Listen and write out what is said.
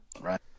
right